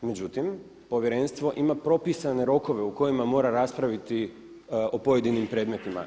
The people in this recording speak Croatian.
Međutim, povjerenstvo ima propisane rokove u kojima mora raspraviti o pojedinim predmetima.